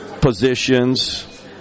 positions